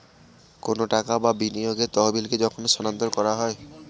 কোনো টাকা বা বিনিয়োগের তহবিলকে যখন স্থানান্তর করা হয়